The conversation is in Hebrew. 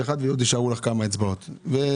יד אחת ועוד יישארו לך כמה אצבעות מיותרות.